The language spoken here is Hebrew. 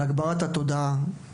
על הגברת התודעה.